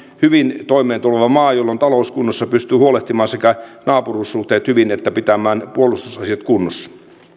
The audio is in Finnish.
hyvin toimeentuleva maa jolla on talous kunnossa pystyy huolehtimaan sekä naapuruussuhteet hyvin että pitämään puolustusasiat kunnossa